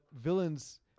villains